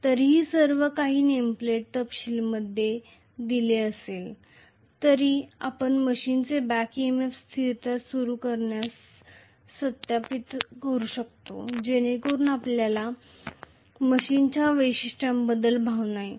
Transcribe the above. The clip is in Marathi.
तरीही सर्व काही नेमप्लेट तपशीलांमध्ये दिले असले तरी आपण मशीनची बॅक EMF स्थिरता सुरू करण्यास सत्यापित करू इच्छितो जेणेकरुन आपल्याला मशीनच्या वैशिष्ट्याबद्दल भावना येईल